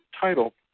title